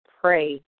pray